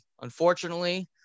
Unfortunately